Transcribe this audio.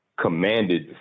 commanded